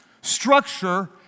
structure